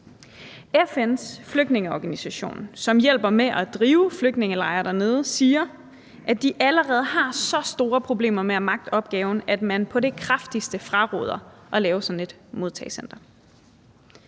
FN's flygtningeorganisation, som hjælper med at drive flygtningelejre dernede, siger, at de allerede har så store problemer med at magte opgaven, at man på det kraftigste fraråder at lave sådan et modtagecenter.